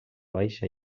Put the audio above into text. baixa